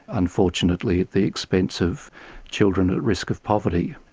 unfortunately at the expense of children at risk of poverty.